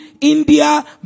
India